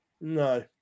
No